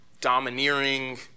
domineering